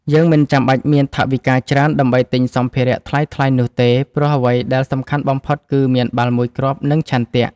យើងមិនចាំបាច់មានថវិកាច្រើនដើម្បីទិញសម្ភារៈថ្លៃៗនោះទេ ព្រោះអ្វីដែលសំខាន់បំផុតគឺមានបាល់មួយគ្រាប់ និងឆន្ទៈ។